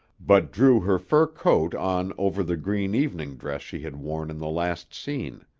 but drew her fur coat on over the green evening dress she had worn in the last scene.